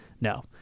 No